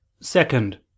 second